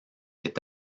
est